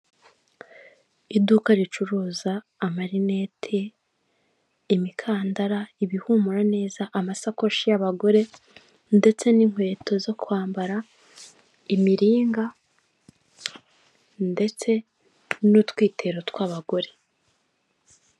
Iduka ricuruza amarinete, imikandara, ibihumura neza, amasakoshi y'abagore ndetse n'inkweto zo kwambara, imiringa ndetse n'utwitero tw'abagore.